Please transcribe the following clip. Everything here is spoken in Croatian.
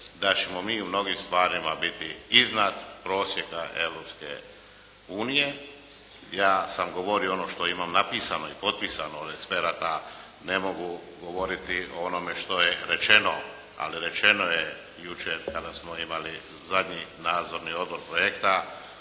da ćemo mi u mnogim stvarima biti iznad prosjeka Europske unije. Ja sam govorio ono što imam napisano i potpisano od eksperata, ne mogu govoriti o onome što je rečeno, ali rečeno je jučer kada smo imali zadnji nadzorni odbor projekta,